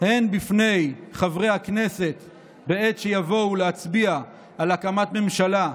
הן בפני חברי הכנסת בעת שיבואו להצביע על הקמת ממשלה,